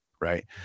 right